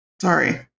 sorry